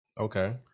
Okay